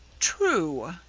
true,